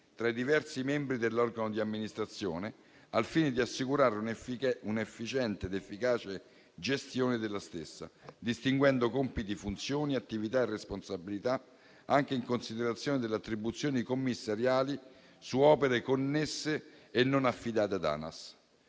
tra i diversi membri dell'organo di amministrazione, al fine di assicurare una efficiente ed efficace gestione della stessa, distinguendo compiti, funzioni, attività e responsabilità, anche in considerazione delle attribuzioni commissariali su opere connesse e non affidate ad ANAS.